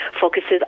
focuses